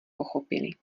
pochopili